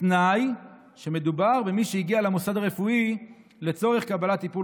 בתנאי שמדובר במי שהגיע למוסד הרפואי לצורך קבלת טיפול